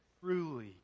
Truly